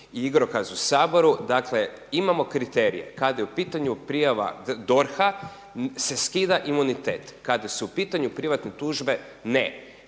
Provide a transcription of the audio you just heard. igrokaz u Saboru. Dakle, imamo kriterije kada je u pitanju prijava DORH-a se skida imunitet, kada su u pitanju privatne tužbe ne.